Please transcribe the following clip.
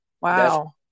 wow